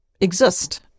exist